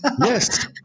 yes